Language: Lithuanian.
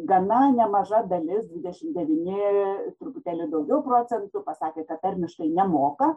gana nemaža dalis dvidešimt devyni truputėlį daugiau procentų pasakė kad termiškai nemoka